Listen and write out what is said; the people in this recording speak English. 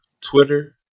Twitter